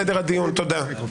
לעניין תיקון חוק